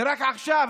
אלא רק עכשיו,